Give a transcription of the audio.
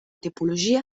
tipologia